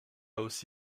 aussi